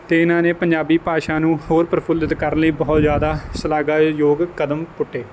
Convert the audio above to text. ਅਤੇ ਇਹਨਾਂ ਨੇ ਪੰਜਾਬੀ ਭਾਸ਼ਾ ਨੂੰ ਹੋਰ ਪ੍ਰਫੁੱਲਿਤ ਕਰਨ ਲਈ ਬਹੁਤ ਜ਼ਿਆਦਾ ਸ਼ਲਾਘਾਯੋਗ ਕਦਮ ਪੁੱਟੇ